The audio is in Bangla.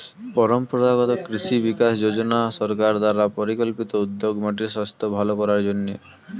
পরম্পরাগত কৃষি বিকাশ যোজনা সরকার দ্বারা পরিকল্পিত উদ্যোগ মাটির স্বাস্থ্য ভাল করার জন্যে